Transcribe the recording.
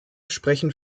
sprechen